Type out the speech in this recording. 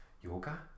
yoga